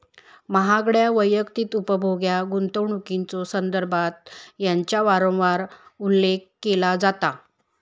महागड्या वैयक्तिक उपभोग्य गुंतवणुकीच्यो संदर्भात याचा वारंवार उल्लेख केला जाता